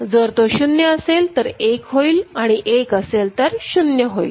जर तो 0 असेल तर १ होईल आणि १असेल तर 0 होईल